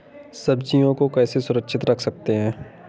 सब्जियों को कैसे सुरक्षित रख सकते हैं?